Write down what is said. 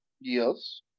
Yes